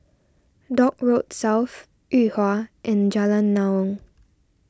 Dock Road South Yuhua and Jalan Naung